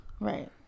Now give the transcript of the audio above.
Right